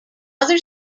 other